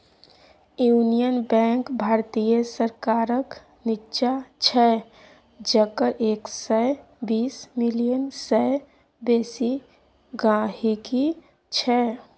union Bank भारतीय सरकारक निच्चां छै जकर एक सय बीस मिलियन सय बेसी गांहिकी छै